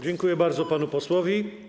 Dziękuję bardzo panu posłowi.